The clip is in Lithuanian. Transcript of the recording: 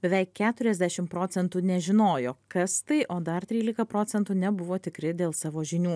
beveik keturiasdešimt procentų nežinojo kas tai o dar trylika procentų nebuvo tikri dėl savo žinių